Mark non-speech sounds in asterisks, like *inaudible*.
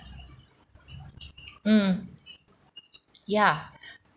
mm yeah *breath*